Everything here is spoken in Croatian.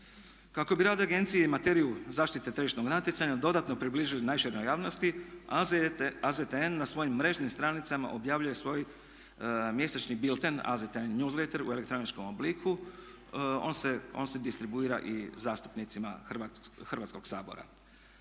Kako bi rad agencije i materiju zaštite tržišnog natjecanja dodatno približili najširoj javnosti AZTN na svojim mrežnim stranicama objavljuje svoj mjesečni bilten AZTN newsletter u elektroničkom obliku, on se distribuira i zastupnicima Hrvatskoga sabora.